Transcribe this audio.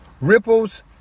Ripples